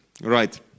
Right